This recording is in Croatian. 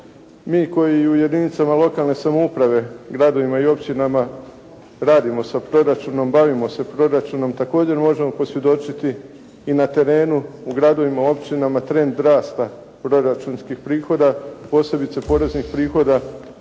Mi koji u jedinicama lokalne samouprave, gradovima i općinama radimo sa proračunom, bavimo se sa proračunom, također možemo posvjedočiti i na terenu u gradovima, općinama trend rasta proračunskih prihoda posebice poreznih prihoda,